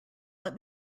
let